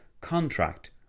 contract